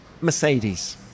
Mercedes